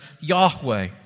Yahweh